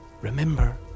Remember